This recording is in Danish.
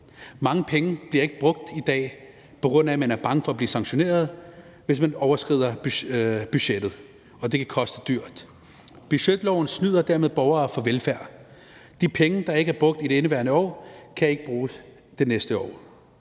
Mange penge bliver i dag ikke brugt, på grund af at man er bange for at blive sanktioneret, hvis man overskrider budgettet, for det kan koste dyrt. Budgetloven snyder dermed borgere for velfærd. De penge, der ikke er brugt i det indeværende år, kan ikke bruges det næste år.